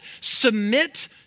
submit